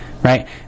right